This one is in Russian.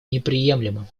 неприемлемым